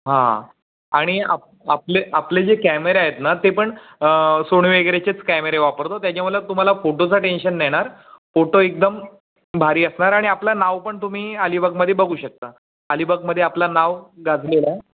हां आणि आप आपले आपले जे कॅमेरे आहेत ना ते पण सोणी वगैरेचेच कॅमेरे वापरतो त्याच्यामुळं तुम्हाला फोटोचं टेन्शन नाही येणार फोटो एकदम भारी असणार आणि आपलं नाव पण तुम्ही अलिबागमध्ये बघू शकता अलिबागमध्ये आपला नाव गाजलेलं आहे